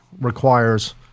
requires